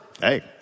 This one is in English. Hey